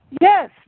Yes